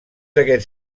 aquests